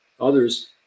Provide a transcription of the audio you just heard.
others